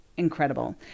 Incredible